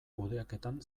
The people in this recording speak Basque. kudeaketan